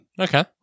Okay